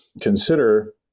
consider